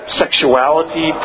sexuality